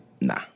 nah